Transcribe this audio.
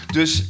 Dus